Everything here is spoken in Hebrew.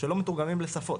שלא מתורגמים לשפות,